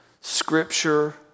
Scripture